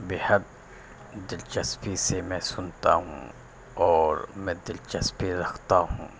بےحد دلچسپی سے میں سنتا ہوں اور میں دلچسپی رکھتا ہوں